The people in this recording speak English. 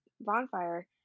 bonfire